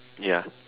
ya